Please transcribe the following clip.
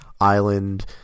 island